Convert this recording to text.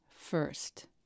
first